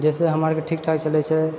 जैसे हमरा आर के ठीकठाक चलैत छै